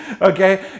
okay